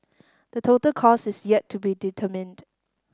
the total cost is yet to be determined